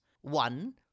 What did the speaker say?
One